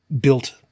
built